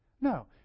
No